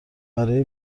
برای